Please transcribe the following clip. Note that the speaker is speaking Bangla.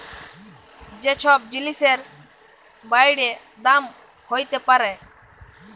যে ছব জিলিসের বাইড়ে দাম হ্যইতে পারে